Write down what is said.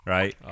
Right